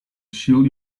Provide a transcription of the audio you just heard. shield